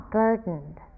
burdened